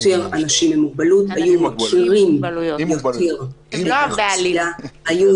--- הם לא הבעלים.